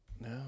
No